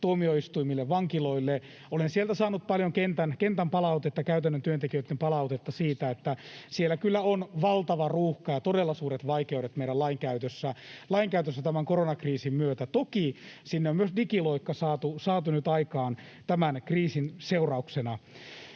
tuomioistuimille, vankiloille. Olen sieltä saanut paljon kentän palautetta, käytännön työntekijöitten palautetta, että siellä kyllä on valtava ruuhka ja todella suuret vaikeudet meidän lainkäytössä tämän koronakriisin myötä. Toki sinne on myös digiloikka saatu nyt aikaan tämän kriisin seurauksena.